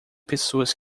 pessoas